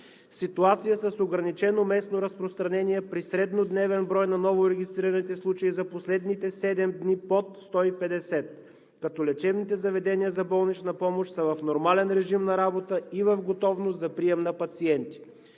Ситуация с ограничено местно разпространение при среднодневен брой на новорегистрираните случаи за последните седем дни под 150, като лечебните заведения за болнична помощ са в нормален режим на работа и в готовност за прием на пациенти.